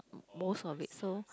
most of it so